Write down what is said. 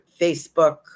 Facebook